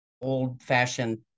old-fashioned